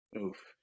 Oof